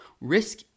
risk